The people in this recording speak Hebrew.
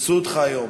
חיפשו אותך היום.